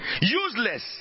Useless